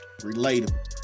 relatable